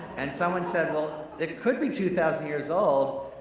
and someone said, well, it could be two thousand years old.